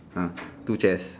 hmm two chairs